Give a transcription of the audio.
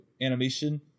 animation